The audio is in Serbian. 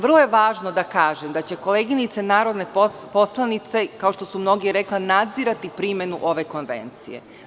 Vrlo je važno da kažem da će koleginice narodne poslanice, kao što su mnoge rekle, nadzirati primenu ove konvencije.